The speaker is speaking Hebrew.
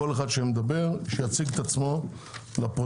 כל אחד שמדבר שיציג את עצמו לפרוטוקול.